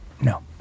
No